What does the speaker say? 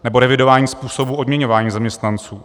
Nebo revidování způsobů odměňování zaměstnanců.